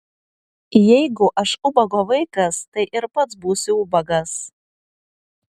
jeigu aš ubago vaikas tai ir pats būsiu ubagas